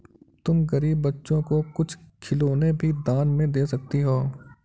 तुम गरीब बच्चों को कुछ खिलौने भी दान में दे सकती हो